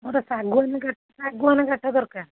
ମୋର ଶାଗୁଆନ ଶାଗୁଆନ କାଠ ଦରକାର